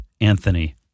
Anthony